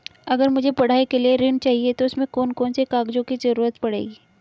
अगर मुझे पढ़ाई के लिए ऋण चाहिए तो उसमें कौन कौन से कागजों की जरूरत पड़ेगी?